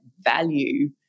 value